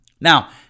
Now